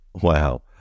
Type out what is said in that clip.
Wow